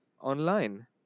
online